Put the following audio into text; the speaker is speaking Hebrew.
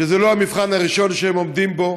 שזה לא המבחן הראשון שהם עומדים בו.